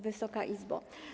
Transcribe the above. Wysoka Izbo!